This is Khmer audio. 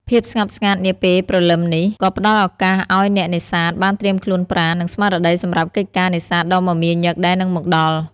ភាពស្ងប់ស្ងាត់នាពេលព្រលឹមនេះ ក៏ផ្តល់ឱកាសឲ្យអ្នកនេសាទបានត្រៀមខ្លួនប្រាណ និងស្មារតីសម្រាប់កិច្ចការនេសាទដ៏មមាញឹកដែលនឹងមកដល់។